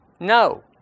No